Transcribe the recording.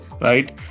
right